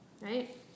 right